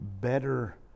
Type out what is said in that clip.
better